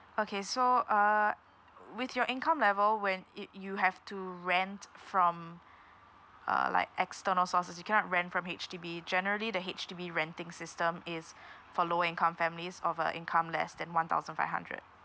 okay so uh with your income level when it you have to rent from uh like external sources you cannot rent from H_D_B generally the H_D_B renting system is for low income families of uh income less than one thousand five hundred